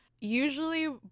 usually